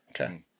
Okay